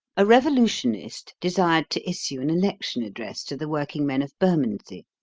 a revolutionist desired to issue an election address to the working men of bermondsey.